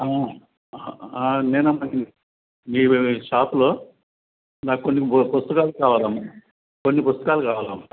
ఆ నేనమ్మ మీ షాప్లో నాకు కొన్ని పుస్తకాలు కావాలమ్మ కొన్ని పుస్తకాలు కావాలమ్మ